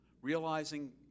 Realizing